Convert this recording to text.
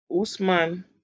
Usman